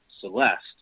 Celeste